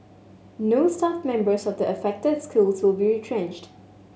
no staff members of the affected schools will be retrenched